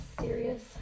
serious